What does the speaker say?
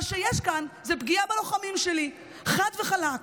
מה שיש כאן זה פגיעה בלוחמים שלי, חד וחלק.